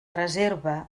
reserva